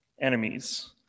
enemies